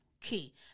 Key